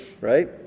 Right